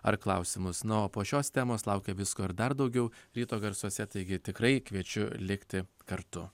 ar klausimus na o po šios temos laukia visko ir dar daugiau ryto garsuose taigi tikrai kviečiu likti kartu